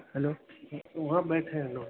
hello وہاں بیٹھے ہیں لوگ